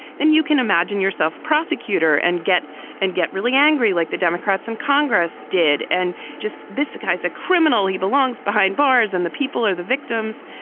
then you can imagine yourself, prosecutor, and get and get really angry like the democrats in congress did. and just this guy's a criminal. he belongs behind bars and the people are the victims.